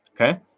Okay